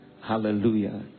Hallelujah